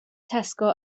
tesco